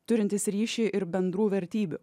turintys ryšį ir bendrų vertybių